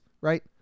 right